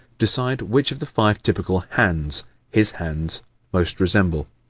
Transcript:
decide which of the five typical hands his hands most resemble.